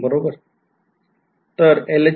Student G'